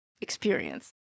experience